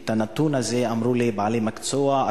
את הנתון הזה אמרו לי בעלי מקצוע,